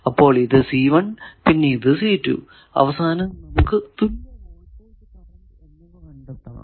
അപ്പോൾ ഇത് പിന്നെ ഇത് അവസാനം നമുക്ക് തുല്യ വോൾടേജ് കറന്റ് എന്നിവ കണ്ടെത്തണം